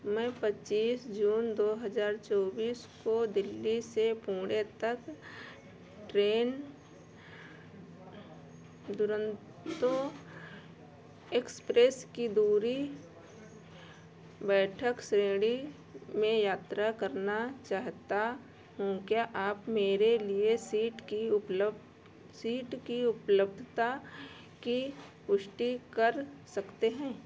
मैं पच्चीस जून दो हजार चौबीस को दिल्ली से पुणे तक ट्रैन दुरंतो एक्सप्रेस की दूरी बैठक श्रेणी में यात्रा करना चाहता हूँ क्या आप मेरे लिए सीट की उपलब्ध सीट की उपलब्धता की पुष्टि कर सकते हैं